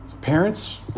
Parents